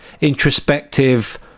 introspective